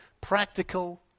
practical